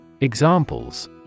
Examples